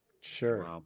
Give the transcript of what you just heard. Sure